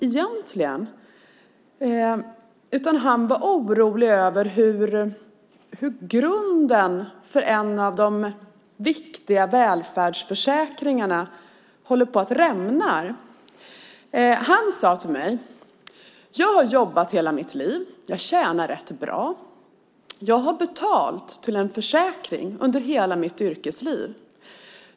Han var orolig över hur grunden för en av de viktiga välfärdsförsäkringarna håller på att rämna. Han sade till mig: Jag har jobbat i hela mitt liv. Jag tjänar rätt bra. Jag har betalat till en försäkring under hela mitt yrkesliv.